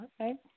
Okay